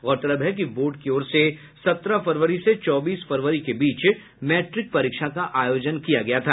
गौरतलब है कि बोर्ड की ओर से सत्रह फरवरी से चौबीस फरवरी के बीच मैट्रिक परीक्षा का आयोजन किया गया था